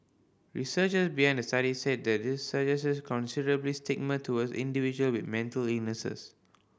researchers behind the study said this suggests considerable stigma towards individual with mental illness